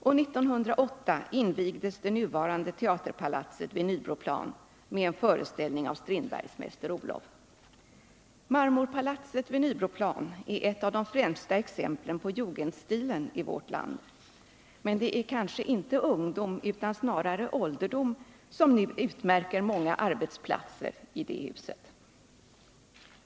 År 1908 invigdes det nuvarande teaterpalatset vid Nybroplan med en föreställning av Strindbergs Mäster Olof. Marmorpalatset vid Nybroplan är ett av de främsta exemplen på Jugendstilen i vårt land, men det är kanske inte ungdom utan snarare ålderdom som nu utmärker många arbetsplatser i detta hus.